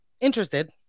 interested